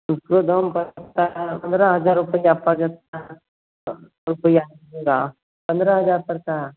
उसका दाम पड़ सकता है पंद्रह हज़ार रुपये के आस पास आइएगा पंद्रह हज़ार पड़ता है